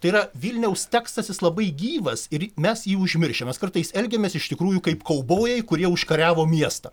tai yra vilniaus tekstas jis labai gyvas ir mes jį užmiršę mes kartais elgiamės iš tikrųjų kaip kaubojai kurie užkariavo miestą